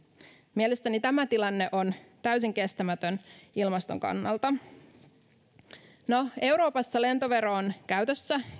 mielestäni tämä tilanne on täysin kestämätön ilmaston kannalta euroopassa lentovero on käytössä